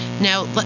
Now